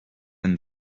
when